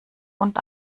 und